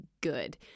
good